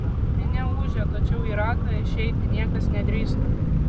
minia ūžia tačiau į ratą išeiti niekas nedrįsta